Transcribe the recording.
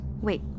Wait